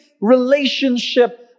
relationship